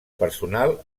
personal